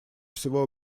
всего